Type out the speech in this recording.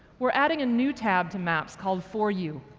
we're adding a new tab to maps called for you.